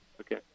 Okay